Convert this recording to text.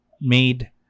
made